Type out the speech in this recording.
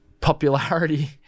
popularity